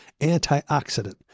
antioxidant